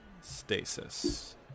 stasis